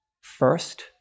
First